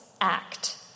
act